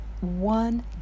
One